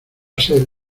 ser